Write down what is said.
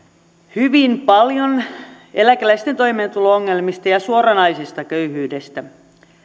hyvin paljon eläkeläisten toimeentulo ongelmista ja ja suoranaisesta köyhyydestä